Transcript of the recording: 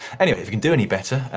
anyway, if you can do any better,